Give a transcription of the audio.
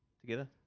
together